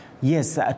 Yes